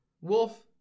Wolf